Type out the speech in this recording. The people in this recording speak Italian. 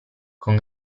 con